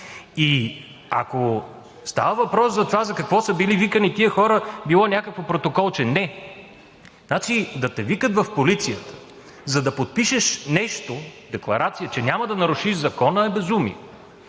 Ако става въпрос за това за какво са били викани тези хора, че било някакво протоколче – не! Да те викат в полицията, за да подпишеш декларация, че няма да нарушиш закона, е безумие!